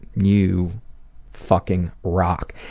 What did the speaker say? you fucking rock.